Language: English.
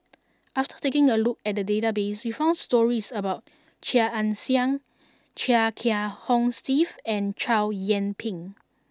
after taking a look at the database we found stories about Chia Ann Siang Chia Kiah Hong Steve and Chow Yian Ping